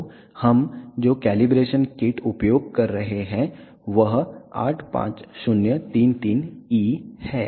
तो हम जो कैलिब्रेशन किट उपयोग कर रहे हैं वह 85033E है